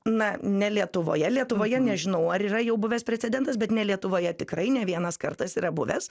na ne lietuvoje lietuvoje nežinau ar yra jau buvęs precedentas bet ne lietuvoje tikrai ne vienas kartas yra buvęs